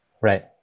right